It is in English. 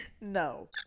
No